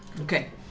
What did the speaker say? okay